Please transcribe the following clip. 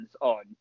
on